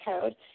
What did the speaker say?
code